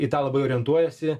į tą labai orientuojasi